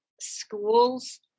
schools